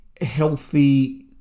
healthy